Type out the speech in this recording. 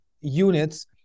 units